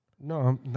No